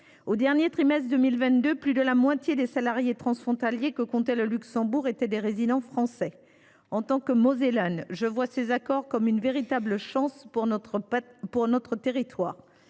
Au dernier trimestre 2022, plus de la moitié des salariés transfrontaliers que comptait le Luxembourg étaient des résidents français. En tant que Mosellane, je vois ces accords comme une véritable chance pour notre territoire.